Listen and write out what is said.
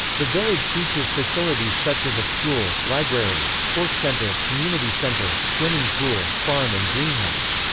the village features facilities such as a school, library, sports center, community center, swimming pool, farm and greenhouse.